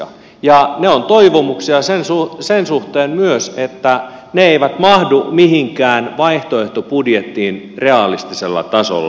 ne ovat toivomuksia myös sen suhteen että ne eivät mahdu mihinkään vaihtoehtobudjettiin realistisella tasolla